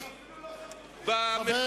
הוא אפילו לא חברותי.